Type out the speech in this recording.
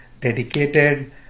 dedicated